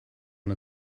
ond